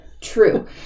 true